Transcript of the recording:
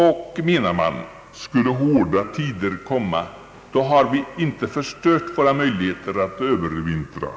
Och, menade man, skulle hårda tider åter komma, då har vi inte förstört våra möjligheter att övervintra.